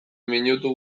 minutu